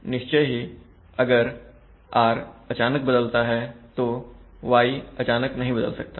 निश्चय ही अगर r अचानक बदलता है तो y अचानक नहीं बदल सकता